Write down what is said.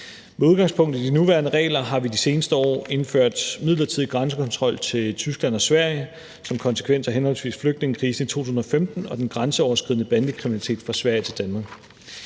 Med udgangspunkt i de nuværende regler har vi de seneste år indført midlertidig grænsekontrol til Tyskland og Sverige som en konsekvens af henholdsvis flygtningekrisen i 2015 og den grænseoverskridende bandekriminalitet fra Sverige til Danmark.